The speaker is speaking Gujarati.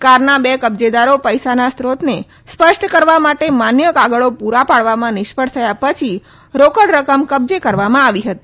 કારના બે કબજેદારો પૈસાના સ્ત્રોતને સ્પષ્ટ કરવા માટે માન્ય કાગળી પૂરા પાડવામાં નિષ્ફળ થયા પછી રોકડ રકમ કબજે કરવામાં આવી હતી